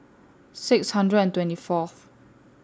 six hundred and twenty Fourth